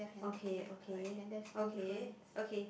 okay okay okay okay